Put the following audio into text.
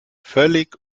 völlig